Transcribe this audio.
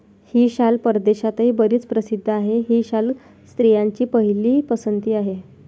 ही शाल परदेशातही बरीच प्रसिद्ध आहे, ही शाल स्त्रियांची पहिली पसंती आहे